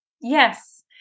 Yes